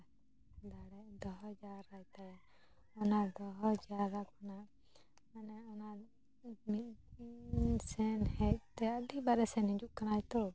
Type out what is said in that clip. ᱫᱚᱦᱚ ᱡᱟᱣᱨᱟ ᱛᱟᱭᱚᱢ ᱚᱱᱟ ᱫᱚᱦᱚ ᱡᱟᱣᱨᱟ ᱠᱷᱚᱱᱟᱜ ᱢᱟᱱᱮ ᱚᱱᱟ ᱢᱤᱫ ᱫᱤᱱ ᱥᱮᱱ ᱦᱮᱡᱛᱮ ᱟᱹᱰᱤ ᱵᱟᱨᱮᱭ ᱥᱮᱱ ᱦᱤᱡᱩᱜ ᱠᱟᱱᱟᱭ ᱛᱚ